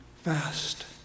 fast